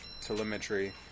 telemetry